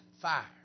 fire